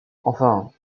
enfin